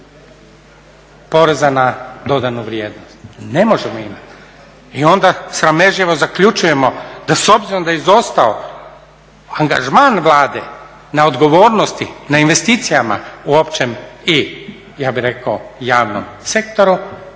poreza na dodanu vrijednost. Ne možemo imati. I onda sramežljivo zaključujemo da s obzirom da je izostao angažman Vlade na odgovornosti, na investicijama u općem i ja bih rekao javnom sektoru